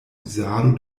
uzado